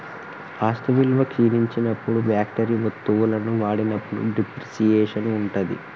ఆస్తి విలువ క్షీణించినప్పుడు ఫ్యాక్టరీ వత్తువులను వాడినప్పుడు డిప్రిసియేషన్ ఉంటది